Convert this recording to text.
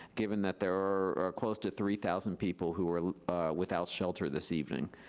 given that there are close to three thousand people who were without shelter this evening.